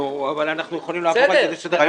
נו, אבל אנחנו יכולים לעבור על זה לסדר-היום?